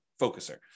focuser